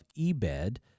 Ebed